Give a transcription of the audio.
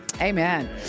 Amen